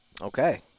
Okay